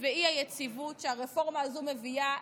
והאי-יציבות שהרפורמה הזו מביאה,